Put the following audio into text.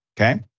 Okay